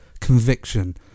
conviction